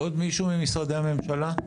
עוד מישהו ממשרדי הממשלה?